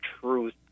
truth